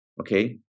okay